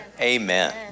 Amen